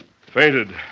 Fainted